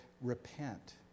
repent